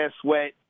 Sweat